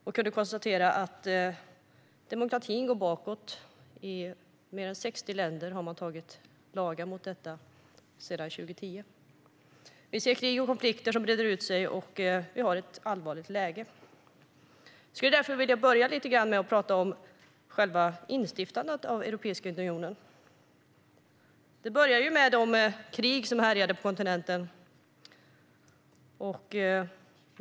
Då kunde jag konstatera att demokratin går bakåt: I mer än 60 länder har man antagit lagar i den riktningen sedan 2010. Vi ser krig och konflikter som breder ut sig. Vi har ett allvarligt läge. Jag vill därför börja med att säga något om själva instiftandet av Europeiska unionen. Det började ju med de krig som härjade på kontinenten.